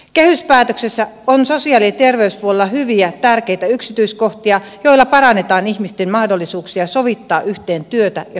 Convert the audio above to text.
kehyspäätöksessä on sosiaali ja terveyspuolella hyviä tärkeitä yksityiskohtia joilla parannetaan ihmisten mahdollisuuksia sovittaa yhteen työtä ja sosiaaliturvaa